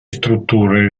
strutture